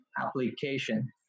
application